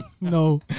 No